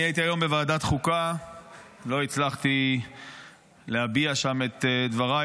אני הייתי היום בוועדת החוקה ולא הצלחתי להביע שם את דבריי.